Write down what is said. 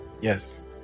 Yes